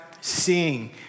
seeing